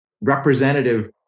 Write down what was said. representative